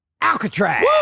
Alcatraz